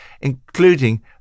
including